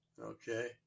Okay